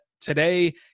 today